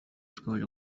zikomeje